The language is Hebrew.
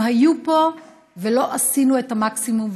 הם היו פה ולא עשינו את המקסימום,